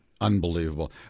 Unbelievable